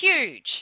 huge